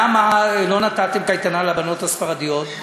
למה לא נתתם קייטנה לבנות הספרדיות,